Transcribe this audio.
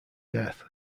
death